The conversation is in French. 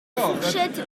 fourchette